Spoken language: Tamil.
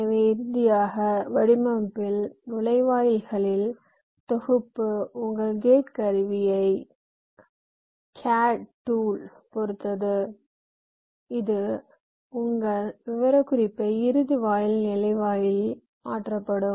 எனவே இறுதியாக வடிவமைப்பில் நுழைவாயில்களில் தொகுப்பு உங்கள் கேட் கருவியைப் பொறுத்தது இது உங்கள் விவரக்குறிப்பை இறுதி வாயில் நிலை வலையில் மாற்றும்